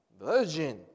virgin